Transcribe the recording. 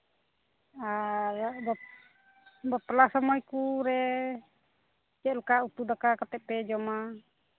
ᱟᱨ ᱵᱟᱯᱞᱟ ᱥᱚᱢᱚᱭ ᱠᱚᱨᱮ ᱪᱮᱫ ᱞᱮᱠᱟ ᱩᱛᱩ ᱫᱟᱠᱟ ᱠᱟᱛᱮᱫ ᱯᱮ ᱡᱚᱢᱟ